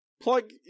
plug